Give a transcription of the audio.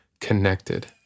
connected